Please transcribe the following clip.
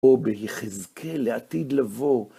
או ביחזקאל לעתיד לבוא.